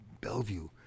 Bellevue